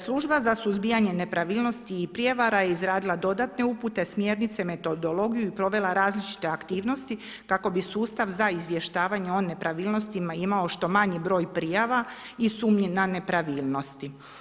Služba za suzbijanje nepravilnosti i prijevara je izradila dodatne upute, smjernice, metodologiju i provela različite aktivnosti kako bi sustav za izvještavanje o nepravilnostima imao što manji broj prijava i sumnji na nepravilnosti.